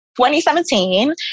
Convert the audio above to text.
2017